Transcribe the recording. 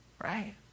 Right